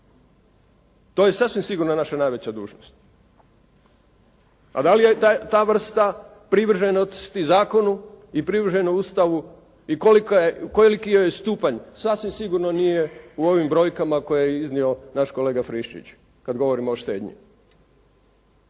To je sasvim sigurno naša najveća dužnost. A da li je ta vrsta privrženosti zakonu i privrženo Ustavu i koliki joj je stupanj, sasvim sigurno nije u ovim brojkama koje je iznio naš kolega Friščić kad govorimo o štednji.